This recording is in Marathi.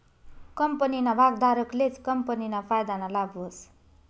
कंपनीना भागधारकलेच कंपनीना फायदाना लाभ व्हस